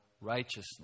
righteousness